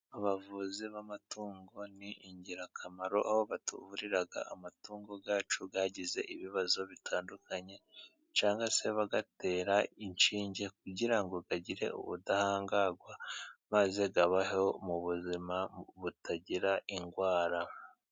Abavuzi b'amatungo ni ingirakamaro aho batuvurira amatungo yacu yagize ibibazo bitandukanye, cyangwa se bagatera inshinge kugira ngo agire ubudahangarwa maze abeho mu buzima butagira indwara.